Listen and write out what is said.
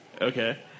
Okay